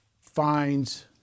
fines